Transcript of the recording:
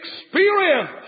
experience